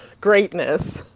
greatness